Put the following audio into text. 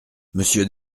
monsieur